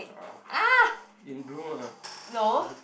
ah in bloom ah